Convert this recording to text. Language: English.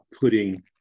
putting